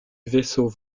vaisseau